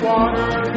water